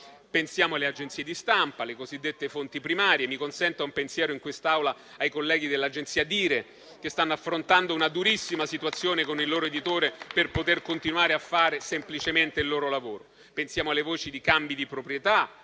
Pensiamo alle agenzie di stampa, alle cosiddette fonti primarie. Mi consenta di rivolgere un pensiero in quest'Aula ai colleghi dell'agenzia Dire, che stanno affrontando una durissima situazione con il loro editore per poter continuare a fare semplicemente il loro lavoro. Pensiamo alle voci di cambi di proprietà